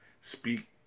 speak